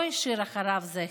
לא השאיר אחריו זכר,